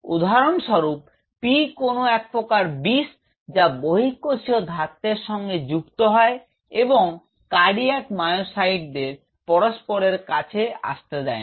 উদাহরণস্বরূপ P কোনও একপ্রকার বিষ যা বহিঃকোষীয় ধাত্রের সঙ্গে যুক্ত হয় এবং কার্ডিয়াক মায়োসাইটদের পরস্পরের কাছে আসতে দেয় না